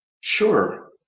Sure